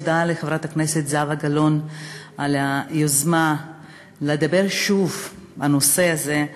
תודה לחברת הכנסת זהבה גלאון על היוזמה לדבר שוב על הנושא הזה.